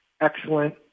excellent